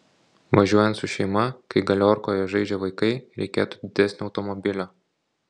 važiuojant su šeima kai galiorkoje žaidžia vaikai reikėtų didesnio automobilio